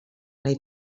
nahi